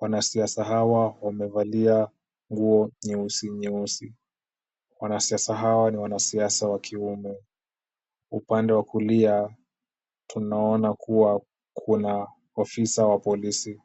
Wanasiasa hawa wamevalia nguo nyeusi nyeusi. Wanasiasa hawa ni wanasiasa wa kiume. Upande wa kulia tunaona kuwa kuna ofisa wa polisi.